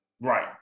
Right